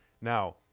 Now